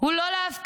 הוא לא להפקיר,